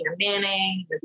Manning